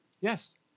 Yes